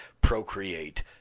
procreate